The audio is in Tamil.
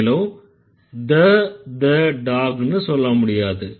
மேலும் the the dog ன்னும் சொல்ல முடியாது